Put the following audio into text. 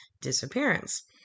disappearance